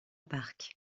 parc